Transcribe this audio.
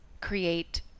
create